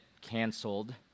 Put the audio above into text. canceled